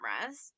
cameras